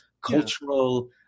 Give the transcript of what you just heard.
cultural